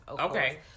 okay